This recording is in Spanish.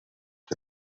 que